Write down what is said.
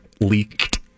Leaked